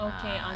Okay